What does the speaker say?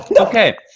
okay